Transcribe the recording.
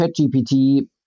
ChatGPT